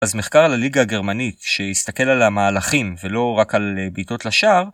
אז מחקר לליגה הגרמנית, שהסתכל על המהלכים ולא רק על בעיטות לשער,